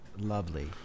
lovely